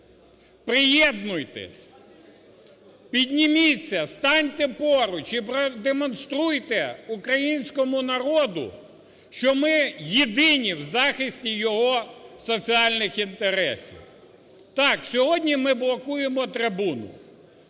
Приєднуйтесь! Підніміться, станьте поруч і продемонструйте українському народу, що ми єдині в захисті його соціальних інтересів. Так, сьогодні ми блокуємо трибуну,